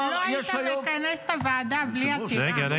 יש היום --- לא היית מכנס את הוועדה בלי עתירה.